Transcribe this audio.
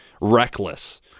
reckless